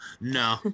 no